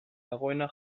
dagoena